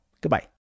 goodbye